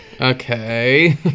Okay